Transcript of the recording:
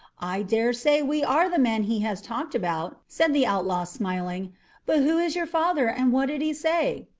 i daresay we are the men he has talked about, said the outlaw smiling but who is your father, and what did he say?